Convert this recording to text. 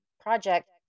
project